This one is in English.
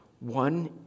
One